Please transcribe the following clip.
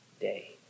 day